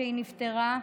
כשהיא נפטרה,